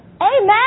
Amen